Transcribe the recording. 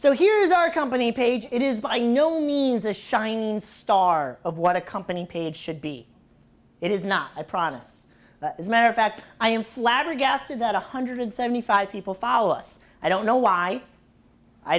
so here's our company page it is by no means a shining star of what a company page should be it is not a promise as a matter of fact i am flabbergasted that one hundred seventy five people follow us i don't know why i